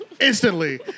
Instantly